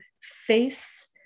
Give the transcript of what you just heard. face